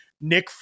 Nick